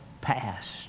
passed